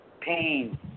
Pain